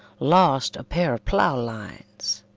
lost a pair of ploughlines,